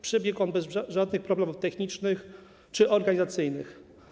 Przebiega on bez żadnych problemów technicznych czy organizacyjnych.